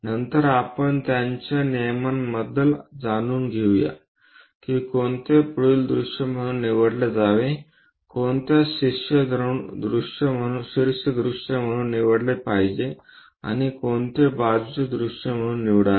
नंतर आपण त्यांच्या नियमांबद्दल जाणून घेऊया की कोणते पुढील दृश्य म्हणून निवडले जावे कोणत्यास शीर्ष दृश्य म्हणून निवडले पाहिजे आणि कोणते बाजूचे दृष्य म्हणून निवडावे